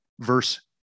verse